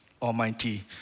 Almighty